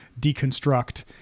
deconstruct